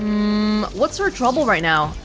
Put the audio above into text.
what's her trouble right now?